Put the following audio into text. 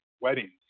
weddings